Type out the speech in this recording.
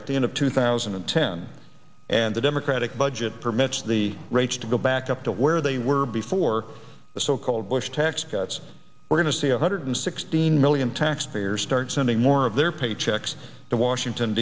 at the end of two thousand and ten and the democratic budget permits the rates to go back up to where they were before the so called bush tax cuts we're going to see one hundred sixteen million taxpayers start sending more of their paychecks to washington